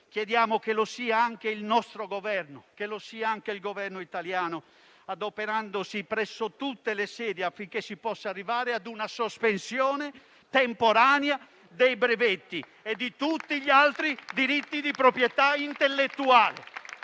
chiediamo che lo sia anche il nostro Governo, che lo sia anche il Governo italiano, adoperandosi presso tutte le sedi affinché si possa arrivare a una sospensione temporanea dei brevetti e di tutti gli altri diritti di proprietà intellettuale.